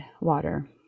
water